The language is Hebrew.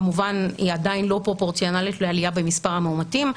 כמובן היא עדיין לא פרופורציונאלית לעלייה במספר המאומתים.